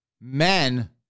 men